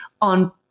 on